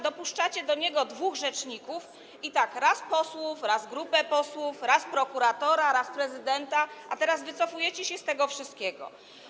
Dopuszczacie dwóch rzeczników: raz posłów, raz grupę posłów, raz prokuratora, raz prezydenta, a teraz wycofujecie się z tego wszystkiego.